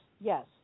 yes